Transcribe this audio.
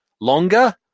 Longer